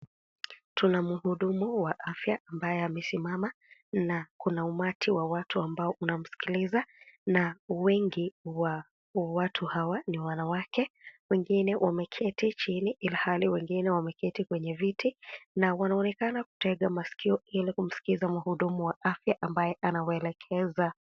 Tuna mhudumu wa afya ambaye amesimama na kuna umati wa watu ambao unamskiliza, na wengi wa watu hawa ni wanawake wengine wameketi chini ilhali wengine wameketi kwenye viti na wanaonekana kutega maskio ili kumskiza mhudumu wa afya ambaye anawaelekeza.